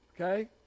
okay